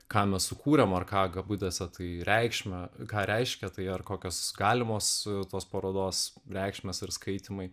ką mes sukūrėmar ką kabutėse tai reikšmę ką reiškia tai ar kokios galimos tos parodos reikšmės ir skaitymai